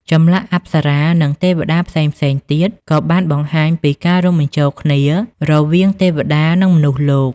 ចម្លាក់អប្សរានិងទេវតាផ្សេងៗទៀតក៏បានបង្ហាញពីការរួមបញ្ចូលគ្នារវាងទេវតានិងមនុស្សលោក។